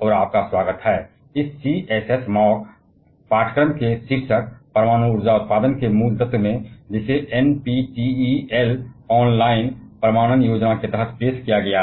और इस CSS MOOC's के पाठ्यक्रम में आपका स्वागत है जो परमाणु ऊर्जा उत्पादन के मूल सिद्धांतों का हकदार है जिसे एनपीटीईएल ऑनलाइन प्रमाणन योजना के तहत पेश किया गया है